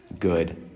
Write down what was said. Good